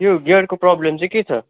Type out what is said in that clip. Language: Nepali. त्यो गियरको प्रब्लम चाहिँ के छ